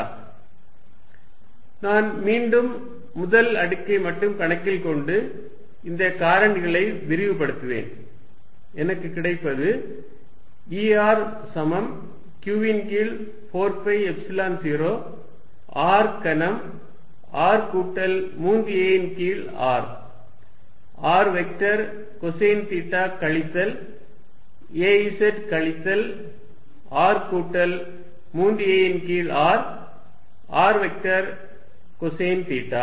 Erq4π0r3r az13arcosθ raz1 3arcosθ நான் மீண்டும் முதல் அடுக்கை மட்டும் கணக்கில் கொண்டு இந்த காரணிகளை விரிவுபடுத்துவேன் எனக்குக் கிடைப்பது E r சமம் q ன் கீழ் 4 பை எப்சிலன் 0 r கனம் r கூட்டல் 3 a ன் கீழ் r r vector cosine theta கழித்தல் a z கழித்தல் r கூட்டல் 3 a ன் கீழ் r r vector cosine theta